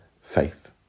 faith